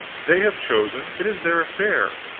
they have chosen it is their affair